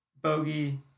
Bogey